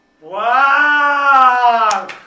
Wow